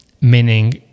meaning